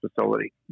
facility